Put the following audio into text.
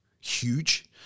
huge